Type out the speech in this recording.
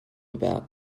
about